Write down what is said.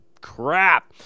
crap